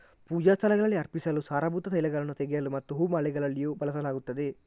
ಪೂಜಾ ಸ್ಥಳಗಳಲ್ಲಿ ಅರ್ಪಿಸಲು, ಸಾರಭೂತ ತೈಲಗಳನ್ನು ತೆಗೆಯಲು ಮತ್ತು ಹೂ ಮಾಲೆಗಳಲ್ಲಿಯೂ ಬಳಸಲಾಗುತ್ತದೆ